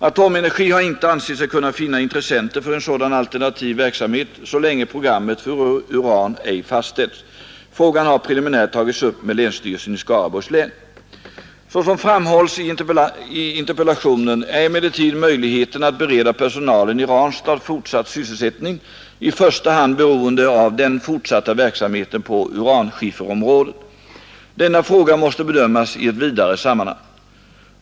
Atomenergi har inte ansett sig kunna finna intressenter för en sådan alternativ verksamhet så länge programmet för uran ej fastställts. Frågan har preliminärt tagits upp med länsstyrelsen i Skaraborgs län. Såsom framhålls i interpellationen är emellertid möjligheterna att bereda personalen i Ranstad fortsatt sysselsättning i första hand beroende av den fortsatta verksamheten på uranskifferområdet. Denna fråga måste bedömas i ett vidare sammanhang.